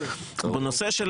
בנושא של